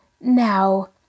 Now